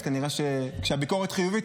אז כנראה שכשהביקורת חיובית,